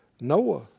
Noah